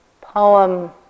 poem